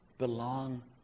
belong